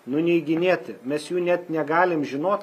nuneiginėti mes jų net negalim žinot